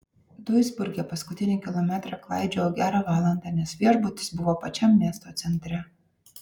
duisburge paskutinį kilometrą klaidžiojau gerą valandą nes viešbutis buvo pačiam miesto centre